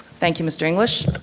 thank you, mr. english.